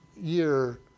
year